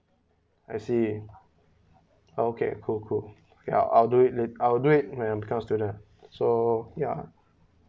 I see okay cool cool okay I'll do it later I'll do it when I've become a student so ya